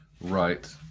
right